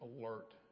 alert